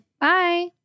Bye